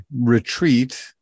retreat